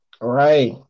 Right